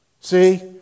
See